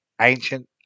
ancient